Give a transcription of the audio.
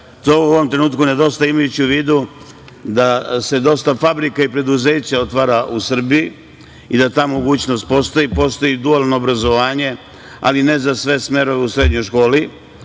u ovom trenutku nedostaje, imajući u vidu da se dosta fabrika i preduzeća otvara u Srbiji i da ta mogućnost postoji. Postoji dualno obrazovanje, ali ne za sve smerove u srednjoj školi,